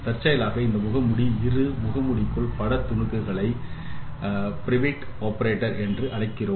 தற்செயலாக இந்த முகமூடி இரு முகமூடிக்குள் பட துணுக்குகளை ப்ரேவிட்ட ஆபரேட்டர் என்று அழைக்கப்படுகின்றன